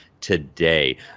Today